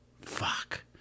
Fuck